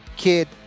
kid